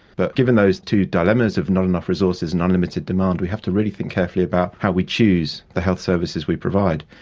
but given those two dilemmas of not enough resources and unlimited demand, we have to really think carefully about how we choose the health services we provide.